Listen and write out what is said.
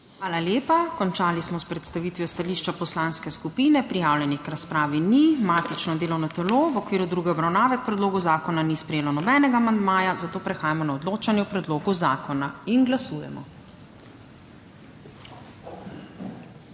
Hvala lepa. Končali smo s predstavitvijo stališča poslanske skupine. Prijavljenih k razpravi ni. Matično delovno telo v okviru druge obravnave k predlogu zakona ni sprejelo nobenega amandmaja, zato prehajamo na odločanje o predlogu zakona. Glasujemo.